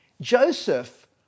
Joseph